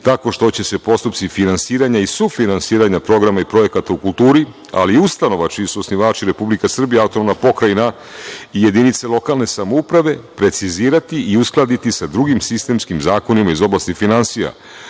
tako što će se postupci finansiranja i sufinansiranja programa i projekata u kulturi, ali i ustanova čiji su osnivači Republika Srbija, autonomna pokrajina i jedinice lokalne samouprave, precizirati i uskladiti sa drugim sistemskim zakonima iz oblasti finansija,